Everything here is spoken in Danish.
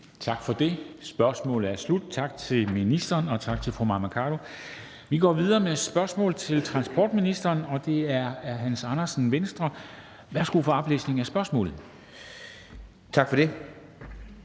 Tak for det. Spørgsmålet er slut. Tak til ministeren, og tak til fru Mai Mercado. Vi går videre med et spørgsmål til transportministeren, og det er af Hans Andersen, Venstre. Kl. 13:38 Spm. nr. S 531 10)